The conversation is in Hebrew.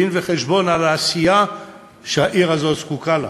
דין-וחשבון על העשייה שהעיר הזאת זקוקה לה.